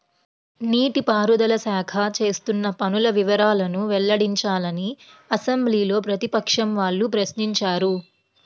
నీటి పారుదల శాఖ చేస్తున్న పనుల వివరాలను వెల్లడించాలని అసెంబ్లీలో ప్రతిపక్షం వాళ్ళు ప్రశ్నించారు